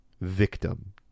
victim